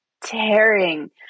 tearing